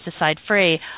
pesticide-free